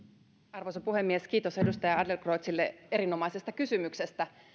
arvoisa puhemies kiitos edustaja adlercreutzille erinomaisesta kysymyksestä